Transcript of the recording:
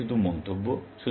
এটাই শুধু মন্তব্য